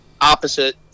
opposite